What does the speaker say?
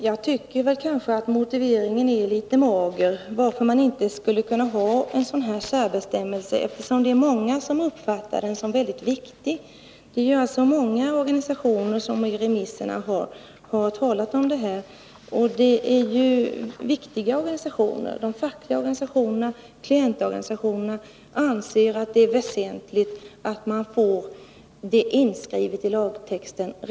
Fru talman! Jag tycker att motiveringen för att man inte skulle kunna ha en särbestämmelse är litet mager. Det är många som uppfattar den som viktig. Det är många organisationer som i remissvaren har talat om detta, och det är viktiga organisationer. De fackliga organisationerna och klientorganisationerna anser att det är väsentligt att få rätten till en god vård inskriven i lagtexten.